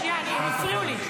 שנייה, הפריעו לי.